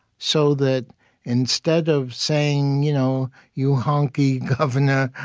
so that instead of saying, you know you honky governor,